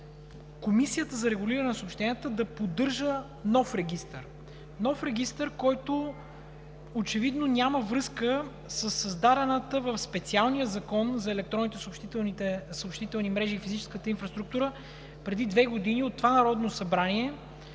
Комисията за регулиране на съобщенията да поддържа нов регистър. Нов регистър, който очевидно няма връзка със създадената в специалния Закон за електронните съобщителни мрежи и физическата инфраструктура преди две години от това Народно събрание